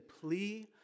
plea